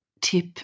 tip